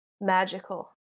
magical